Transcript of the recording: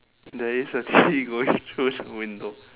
there is a T going through the window